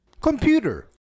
Computer